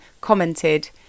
commented